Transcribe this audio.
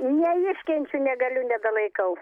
neiškenčiu negaliu nedalaikau